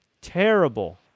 terrible